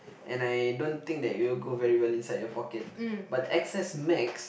and I don't think that it will go very well inside your pocket but x_s-max